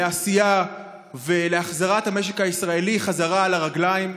לעשייה ולהחזרת המשק הישראלי בחזרה על הרגליים.